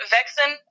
Vexen